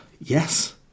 yes